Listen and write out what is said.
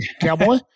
cowboy